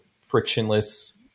frictionless